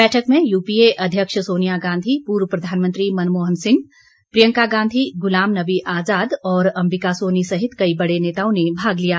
बैठक में यूपीए अध्यक्षा सोनिया गांधी पूर्व प्रधानमंत्री मनमोहन सिंह प्रियंका गांधी गुलाम नबी आज़ाद और अंबिका सोनी सहित कई बड़े नेताओं ने भाग लिया